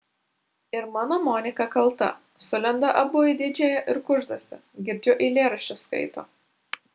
ir mano monika kalta sulenda abu į didžiąją ir kuždasi girdžiu eilėraščius skaito